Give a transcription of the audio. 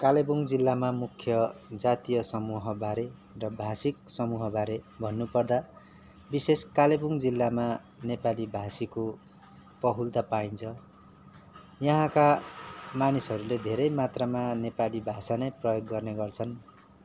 कालेबुङ जिल्लामा मुख्य जातीय समूहबारे र भाषिक समूहबारे भन्नुपर्दा विशेष कालेबुङ जिल्लामा नेपाली भाषीको बहुलता पाइन्छ यहाँका नमानिसहरूले धेरै मात्रामा नेपाली भाषा नै प्रयोग गर्ने गर्छन्